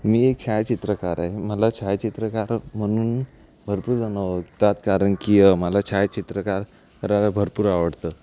मी एक छायाचित्रकार आहे मला छायाचित्रकार म्हणून भरपूर जणं ओळखतात कारण की मला छायाचित्रकार करायला भरपूर आवडतं